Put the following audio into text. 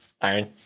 Iron